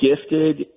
gifted